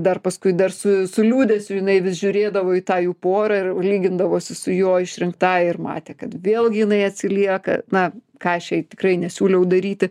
dar paskui dar su su liūdesiu jinai vis žiūrėdavo į tą jų porą ir lygindavosi su jo išrinktąja ir matė kad vėlgi jinai atsilieka na ką aš jai tikrai nesiūliau daryti